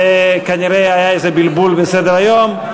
כנראה היה איזה בלבול בסדר-היום.